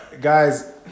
Guys